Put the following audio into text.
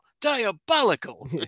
diabolical